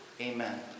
Amen